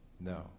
No